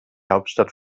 hauptstadt